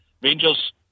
Rangers